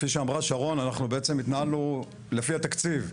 כמו שאמרה שרון אנחנו בעצם התנהלנו לפי התקציב,